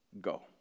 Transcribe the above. go